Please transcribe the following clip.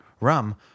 rum